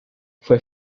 fue